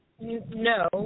No